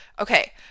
okay